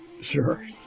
Sure